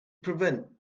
prevent